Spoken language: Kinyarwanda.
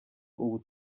ubu